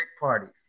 parties